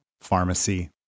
pharmacy